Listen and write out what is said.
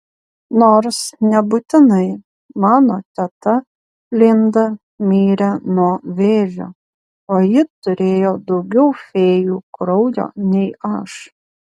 nors nebūtinai mano teta linda mirė nuo vėžio o ji turėjo daugiau fėjų kraujo nei aš